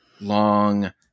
long